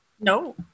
No